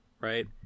right